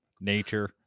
Nature